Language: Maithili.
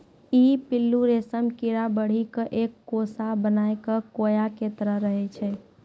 ई पिल्लू रेशम कीड़ा बढ़ी क एक कोसा बनाय कॅ कोया के तरह रहै छै